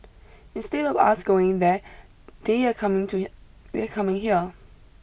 instead of us going there they are coming to they are coming here